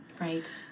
Right